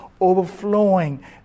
overflowing